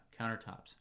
countertops